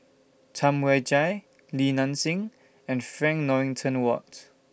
Tam Wai Jia Li Nanxing and Frank Dorrington Ward